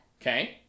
Okay